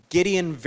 Gideon